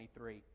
23